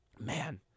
man